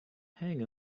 hang